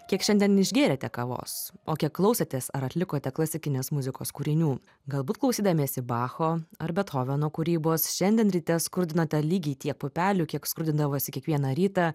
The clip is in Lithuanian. kiek šiandien išgėrėte kavos o kiek klausotės ar atlikote klasikinės muzikos kūrinių galbūt klausydamiesi bacho ar bethoveno kūrybos šiandien ryte skrudinote lygiai tiek pupelių kiek skrudindavosi kiekvieną rytą